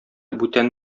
бүтән